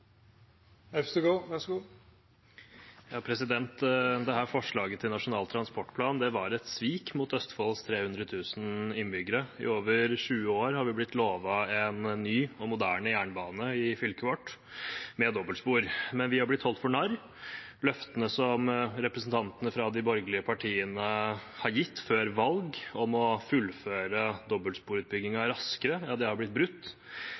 forslaget til Nasjonal transportplan var et svik mot Østfolds 300 000 innbyggere. I over 20 år har vi blitt lovet en ny og moderne jernbane i fylket vårt – med dobbeltspor. Men vi har blitt holdt for narr. Løftene som representantene fra de borgerlige partiene har gitt før valg om å fullføre dobbeltsporutbyggingen raskere, har blitt brutt.